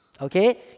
Okay